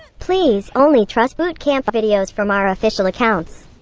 please, only trust boot camp videos from our official accounts.